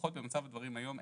לפחות במצב הדברים היום,